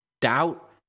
doubt